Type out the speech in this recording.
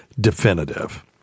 definitive